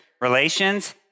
relations